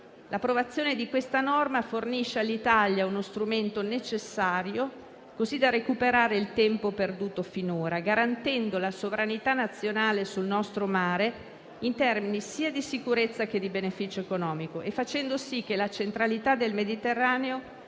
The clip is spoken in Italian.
l'approvazione del provvedimento in esame fornisce all'Italia uno strumento necessario, così da recuperare il tempo perduto finora, garantendo la sovranità nazionale sul nostro mare in termini sia di sicurezza che di beneficio economico, e facendo sì che la centralità del Mediterraneo